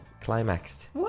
climaxed